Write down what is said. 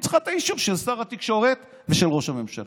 היא צריכה את האישור של שר התקשורת ושל ראש הממשלה.